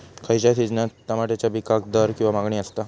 खयच्या सिजनात तमात्याच्या पीकाक दर किंवा मागणी आसता?